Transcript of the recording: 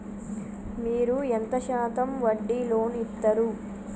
మీరు ఎంత శాతం వడ్డీ లోన్ ఇత్తరు?